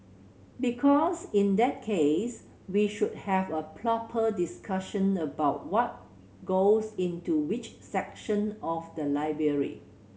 because in that case we should have a proper discussion about what goes into which section of the library